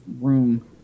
room